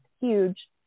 huge